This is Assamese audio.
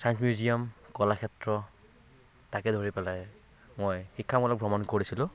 ছায়েঞ্চ মিউজিয়াম কলাক্ষেত্ৰ তাকে ধৰি পেলাই মই শিক্ষামূলক ভ্ৰমণ কৰিছিলোঁ